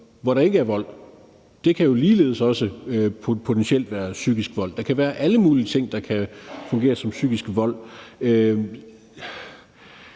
hvor der ikke er vold, kan jo også potentielt være psykisk vold. Der kan være alle mulige ting, der kan fungere som psykisk vold.